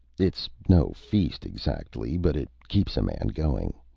it's no feast exactly, but it keeps a man going.